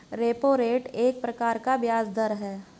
repo rate एक प्रकार का ब्याज़ दर है